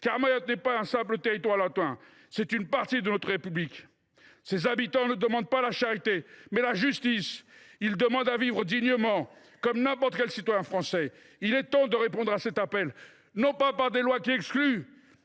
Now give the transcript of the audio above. Car Mayotte n’est pas un simple territoire lointain, c’est une partie de notre République ! Ses habitants demandent non pas la charité, mais la justice ! Ils demandent à vivre dignement, comme n’importe quel citoyen français. Il est temps de répondre à cet appel, non par des lois qui excluent,